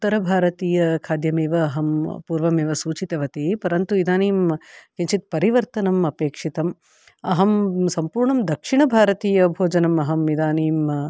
उत्तरभारतीयखाद्यमेव अहं पूर्वम् एव सूचितवती परन्तु इदानीं किञ्चित् परिवर्तनम् अपेक्षितम् अहं सम्पूर्णं दक्षिणभारतीयभोजनम् अहम् इदानीम्